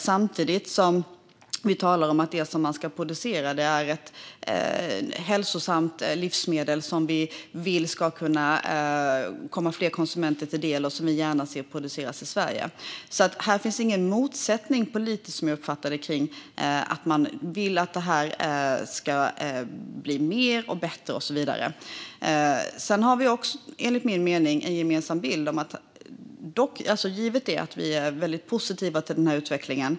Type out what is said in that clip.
Samtidigt talar vi om att ett hälsosamt livsmedel ska produceras som vi vill ska komma fler konsumenter till del, och vi ser gärna att det produceras i Sverige. Jag uppfattar alltså inte att det finns någon politisk motsättning här. Vi vill att detta ska öka och bli bättre. Vi verkar även ha en gemensam bild av att det finns hinder som behöver adresseras, givet att vi är väldigt positiva till utvecklingen.